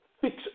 fix